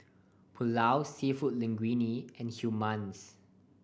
Pulao Seafood Linguine and Hummus